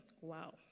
Wow